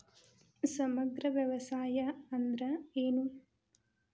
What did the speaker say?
ಸಮಗ್ರ ವ್ಯವಸಾಯ ಅಂದ್ರ ಏನು?